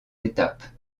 étapes